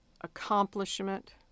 accomplishment